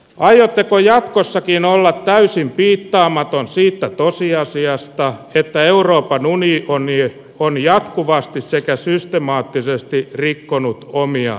aiotteko jatkossakin olla täysin piittaamaton siitä tosiasiasta että euroopan unionia on jatkuvasti sekä systemaattisesti rikkonut omia